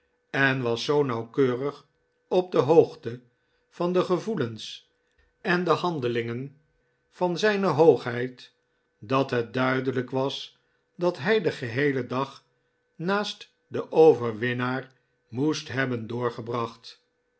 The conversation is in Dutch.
en was zoo nauwkeurig op de hoogte van de gevoelens en handelingen van zijne hoogheid dat het duidelijk was dat hij den geheelen dag naast den overwinnaar moest hebben doorgebracht